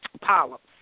polyps